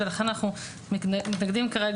ולכן אנחנו מתנגדים כרגע,